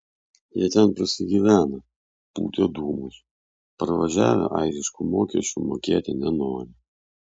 jie ten prasigyveno pūtė dūmus parvažiavę airiškų mokesčių mokėti nenori